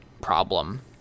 problem